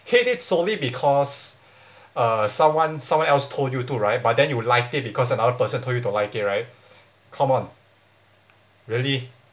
hate it solely because uh someone someone else told you to right but then you liked it because another person told you to like it right come on really